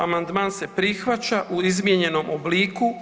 Amandman se prihvaća u izmijenjenom obliku.